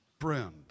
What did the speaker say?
friend